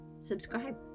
subscribe